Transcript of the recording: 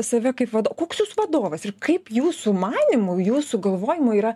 save kaip vado koks jūs vadovas ir kaip jūsų manymu jūsų galvojimu yra